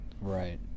Right